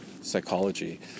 psychology